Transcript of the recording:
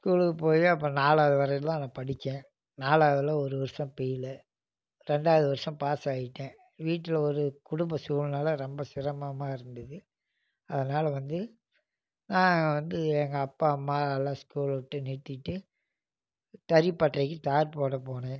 ஸ்கூலுக்கு போய் அப்புறம் நாலாவது வரையும்தான் நான் படித்தேன் நாலாவதில் ஒரு வருஷம் பெய்லு ரெண்டாவது வருஷம் பாஸ் ஆகிட்டேன் வீட்டில் ஒரு குடும்ப சூழ்நிலையால ரொம்ப சிரமமாக இருந்தது அதனால வந்து நான் வந்து எங்கள் அப்பா அம்மா எல்லாம் ஸ்கூலை விட்டு நிறுத்திவிட்டு தறி பட்டறைக்கி தார் போட போனேன்